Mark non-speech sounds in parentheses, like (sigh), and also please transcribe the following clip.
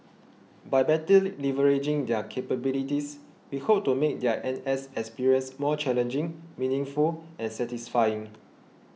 by better (noise) leveraging their capabilities we hope to make their N S experience more challenging meaningful and satisfying